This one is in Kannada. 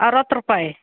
ಅರುವತ್ತು ರೂಪಾಯಿ